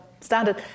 standard